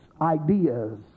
ideas